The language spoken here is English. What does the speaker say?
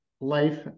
life